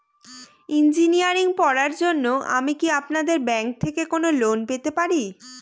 Engineering পড়ার জন্য আমি কি আপনাদের ব্যাঙ্ক থেকে কোন লোন পেতে পারি?